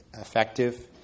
effective